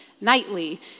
nightly